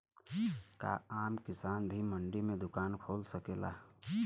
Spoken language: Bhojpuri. का आम किसान भी मंडी में दुकान खोल सकेला?